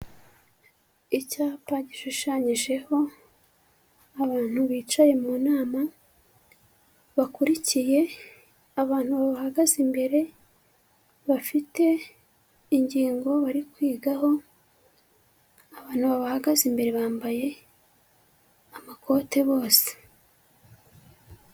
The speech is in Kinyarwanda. Icyapa gishushanyijeho abantu bicaye mu nama bakurikiye abantu bahagaze imbere bafite ingingo bari kwigaho abantu bahagaze imbere bambaye amakote bose.